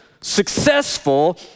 successful